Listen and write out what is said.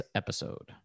episode